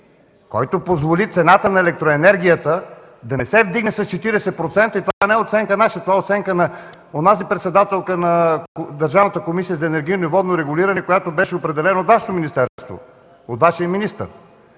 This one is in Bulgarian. който позволи цената на електроенергията да не се вдигне с 40%. И това не е наша оценка, това е оценка на онази председателка на Държавната комисия за енергийно и водно регулиране, която беше определена от Вашето министерство, от Вашия министър!